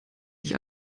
ich